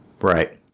Right